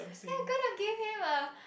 ya gonna give him a